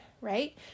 right